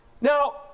Now